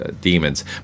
demons